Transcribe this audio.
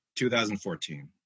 2014